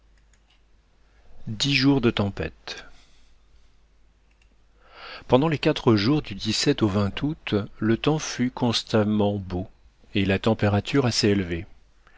dix jours de tempête pendant les quatre jours du au août le temps fut constamment beau et la température assez élevée